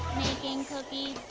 making cookies.